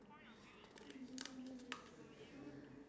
you still can pay rent at some point